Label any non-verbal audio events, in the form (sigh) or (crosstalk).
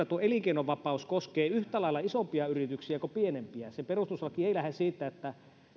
(unintelligible) tuo elinkeinovapaus koskee yhtä lailla isompia yrityksiä kuin pienempiä perustuslaki ei lähde siitä että